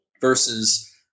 versus